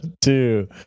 two